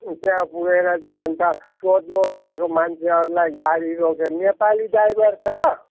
त्यहाँ पुगेर चाहिँ अन्त सोध्नुहोस् त्यहाँको मान्छेहरूलाई गाडी रोकेर नेपाली ड्राइभर छ